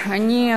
אני,